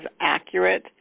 accurate